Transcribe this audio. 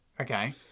Okay